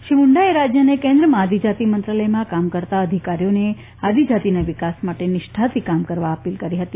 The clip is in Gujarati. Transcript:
શ્રી મુન્ડાએ રાજ્ય અને કેન્દ્રમાં આદિજાતિ મંત્રાલયમાં કામ કરતા અધિકારીઓને આદિજાતિના વિકાસ માટે નિષ્ઠાથી કામ કરવા અપીલ કરી હતી